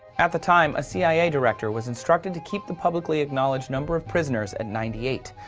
at the time a cia director was instructed to keep the publically acknowledged number of prisoners at ninety eight,